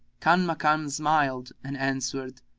kanmakan smiled and answered,